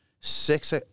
Six